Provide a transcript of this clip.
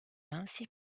ainsi